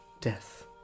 death